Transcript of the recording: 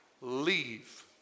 leave